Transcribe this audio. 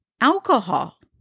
alcohol